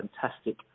fantastic